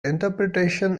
interpretation